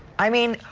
i mean,